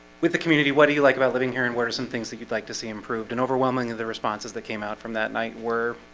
with the community. what do you like about living here? and what are some things that you'd like to see improved and overwhelming of the responses that came out from that night were?